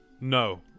no